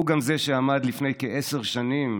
הוא גם זה שעמד לפני כעשר שנים